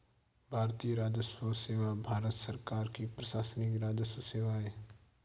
भारतीय राजस्व सेवा भारत सरकार की प्रशासनिक राजस्व सेवा है